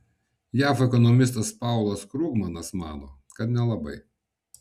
jav ekonomistas paulas krugmanas mano kad nelabai